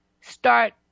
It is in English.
start